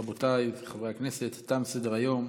רבותיי חברי הכנסת, תם סדר-היום.